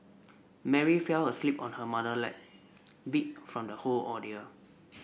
Mary fell asleep on her mother lap beat from the whole ordeal